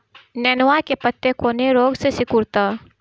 नेनुआ के पत्ते कौने रोग से सिकुड़ता?